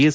S